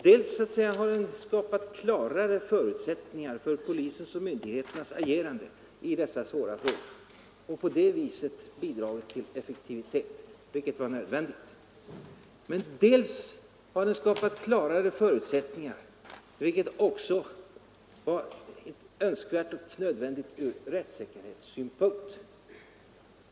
Dels har den skapat klarare förutsättningar för polisens och myndigheternas agerande i dessa svåra frågor och på det viset bidragit till effektivitet, vilket var nödvändigt, dels har den skapat klarare förutsättningar ur rättssäkerhetssynpunkt, vilket också var önskvärt och nödvändigt.